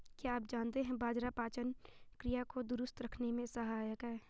क्या आप जानते है बाजरा पाचन क्रिया को दुरुस्त रखने में सहायक हैं?